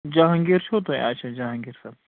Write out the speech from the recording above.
جہانگیٖر چھُو تۄیہِ اَچھا جہانگیٖر صٲب